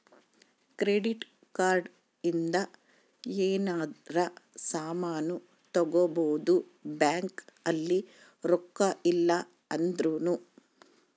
credit card ಇಂದ ಯೆನರ ಸಾಮನ್ ತಗೊಬೊದು ಬ್ಯಾಂಕ್ ಅಲ್ಲಿ ರೊಕ್ಕ ಇಲ್ಲ ಅಂದೃನು